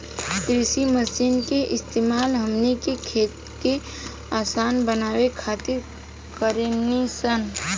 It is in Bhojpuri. कृषि मशीन के इस्तेमाल हमनी के खेती के असान बनावे खातिर कारेनी सन